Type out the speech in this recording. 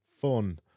fun